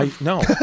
no